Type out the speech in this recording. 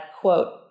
quote